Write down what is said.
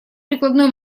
прикладной